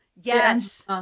Yes